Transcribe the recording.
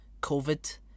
COVID